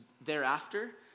thereafter